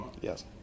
Yes